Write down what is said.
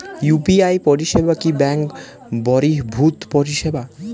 UPI পরিসেবা কি bank বর্হিভুত পরিসেবা?